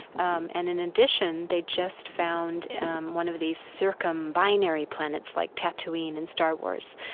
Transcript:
um and in addition, they just found one of these circumbinary planets like tatooine in and star wars